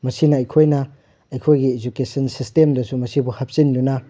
ꯃꯁꯤꯅ ꯑꯩꯈꯣꯏꯅ ꯑꯩꯈꯣꯏꯒꯤ ꯏꯖꯨꯀꯦꯁꯟ ꯁꯤꯁꯇꯦꯝꯗꯁꯨ ꯃꯁꯤꯕꯨ ꯍꯥꯞꯆꯤꯟꯗꯨꯅ